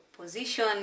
position